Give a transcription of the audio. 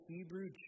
Hebrew